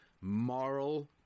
moral